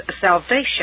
salvation